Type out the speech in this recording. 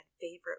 favorite